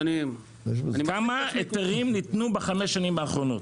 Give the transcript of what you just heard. כמה היתרים ניתנו בחמש שנים האחרונות?